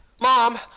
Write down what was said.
Mom